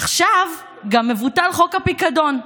עכשיו גם מבוטל חוק הפיקדון.